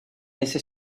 essai